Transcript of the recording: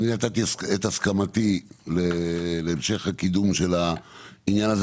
נתתי את הסכמתי להמשך הקידום של העניין הזה